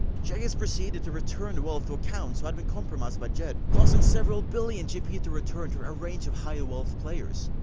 jagex proceeded to return wealth to accounts who had been compromised by jed, causing several billion gp to return to a range of high-wealth players.